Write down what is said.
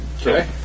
Okay